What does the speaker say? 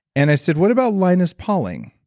and i said what about linus pauling?